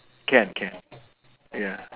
can can ya